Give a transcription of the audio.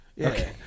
Okay